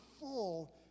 full